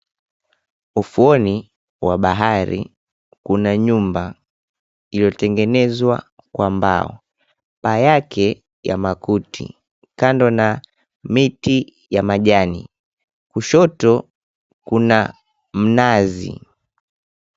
Ufuoni wa bahari kuna nyumba iliyotengenezwa kwa mbao, paa yake ya makuti kando na miti ya majani, kushoto kuna mnazi.